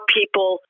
people